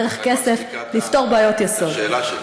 דרך כסף לפתור בעיות יסוד.